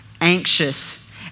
anxious